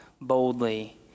boldly